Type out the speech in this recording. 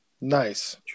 Nice